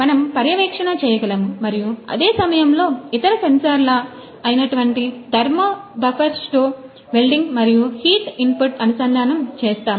మనము పర్యవేక్షణ చేయగలము మరియు అదే సమయంలో ఇతర సెన్సార్ల అయినటువంటిథర్మో బఫర్స్టో వెల్డింగ్ మరియు హీట్ ఇన్పుట్ అనుసంధానం చేస్తాము